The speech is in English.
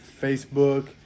Facebook